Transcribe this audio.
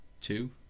Two